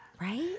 Right